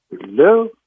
hello